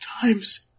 times